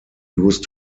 used